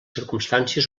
circumstàncies